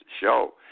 show